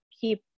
keep